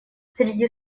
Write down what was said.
среди